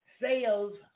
Sales